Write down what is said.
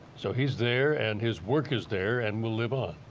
so he's there and his work is there and will live on.